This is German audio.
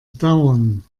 dauern